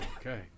okay